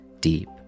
deep